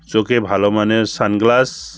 চোখে ভালো মানের সানগ্লাস